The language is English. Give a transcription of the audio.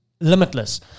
limitless